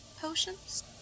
potions